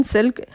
Silk